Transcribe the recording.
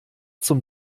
zum